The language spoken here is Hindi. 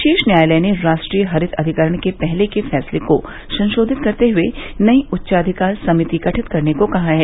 श्रीर्ष न्यायालय राष्ट्रीय हरित अधिकरण के पहले के फैसले को संशोधित करते हुए नई उच्चाधिकार समिति गठित करने को कहा है